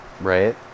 Right